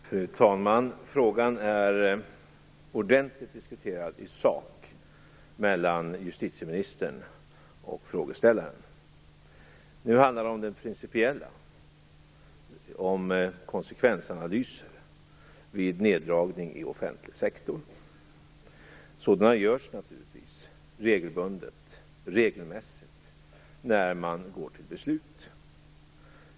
Fru talman! Frågan är ordentligt diskuterad i sak mellan justitieministern och frågeställaren. Nu handlar det om det principiella, om konsekvensanalyser vid neddragning i offentlig sektor. Sådana konsekvensanalyser görs naturligtvis regelbundet och regelmässigt när man går till beslut.